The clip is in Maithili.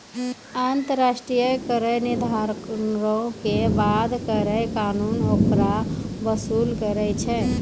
अन्तर्राष्ट्रिय कर निर्धारणो के बाद कर कानून ओकरा वसूल करै छै